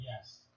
Yes